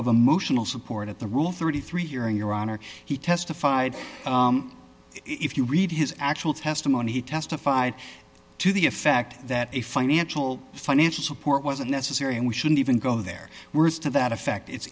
of emotional support at the rule thirty three year in your honor he testified if you read his actual testimony he testified to the effect that a financial financial support wasn't necessary and we shouldn't even go there were to that effect it's